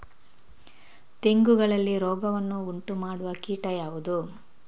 ತೆಂಗುಗಳಲ್ಲಿ ರೋಗವನ್ನು ಉಂಟುಮಾಡುವ ಕೀಟ ಯಾವುದು?